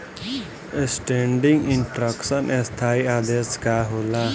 Standing instruction स्थाई आदेश का होला?